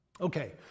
Okay